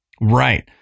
Right